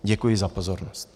Děkuji za pozornost.